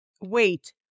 Wait